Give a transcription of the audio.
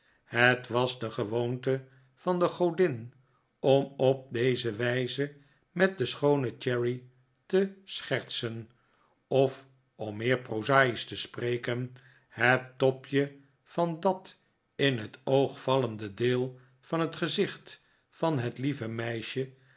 het was de gewoonte van de godin om op deze wijze met de schoone cherry te schertsen of om meer proza'isch te spreken het topje van dat in het oog vallende deel van het gezicht van het lieve meisje